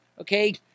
okay